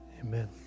Amen